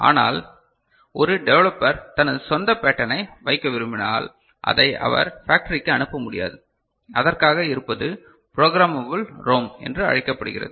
ஆனால் ஒரு டெவலப்பர் தனது சொந்த பேட்டர்னை வைக்க விரும்பினால் அதை அவர் ஃபாக்டரிக்கு அனுப்ப முடியாது அதற்காக இருப்பது புரோகிராமபல் ரோம் என்று அழைக்கப்படுகிறது